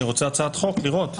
אני רוצה הצעת חוק לראות.